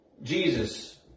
Jesus